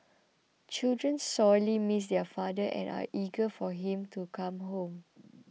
children sorely miss their father and are eager for him to come home